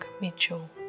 Mitchell